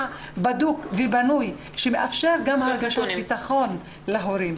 בדוק ובנוי שמאפשר גם הרגשת ביטחון להורים.